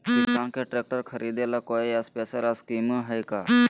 किसान के ट्रैक्टर खरीदे ला कोई स्पेशल स्कीमो हइ का?